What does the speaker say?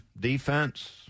defense